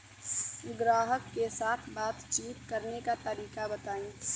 ग्राहक के साथ बातचीत करने का तरीका बताई?